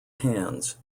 hands